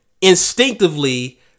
instinctively